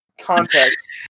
Context